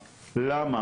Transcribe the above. למה?